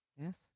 yes